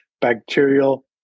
bacterial